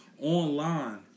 Online